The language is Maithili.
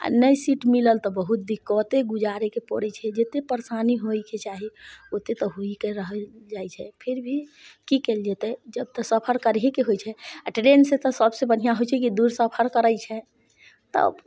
आओर नओ सीट मिलल तऽ बहुत दिक्कते गुजारेके पड़ै छै जेतेक परेसानी होइके ओ चाही ओते तऽ होइ कए रहल जाइ छै फिर भी की कयल जेतै जतऽ सफर करहीके होइ छै आओर टरेसँ सबसँ बढ़िआँ होइ छै जे सफर करै छै तब